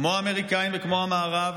כמו האמריקאים וכמו המערב,